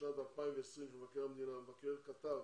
לשנת 2020, המבקר כתב